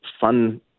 fun